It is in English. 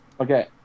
Okay